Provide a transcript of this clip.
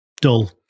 dull